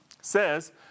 says